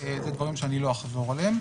וזה דברים שלא אחזור אליהם.